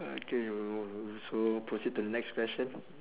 okay we'll so proceed to the next question